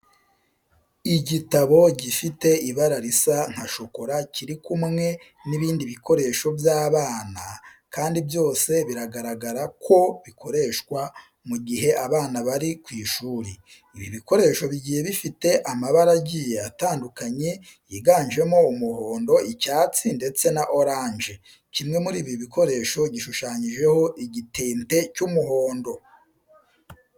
Igitabo gifite ibara risa nka shokora kiri kumwe n'ibindi bikoresho by'abana, kandi byose biragaragara ko bikoreshwa mu gihe abana bari ku ishuri. Ibi bikoresho bigiye bifite amabara agiye atandukanye yiganjemo umuhondo, icyatsi ndetse na oranje. Kimwe muri ibi bikoresho gishushanyijeho igitente cy'umuhondo.